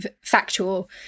factual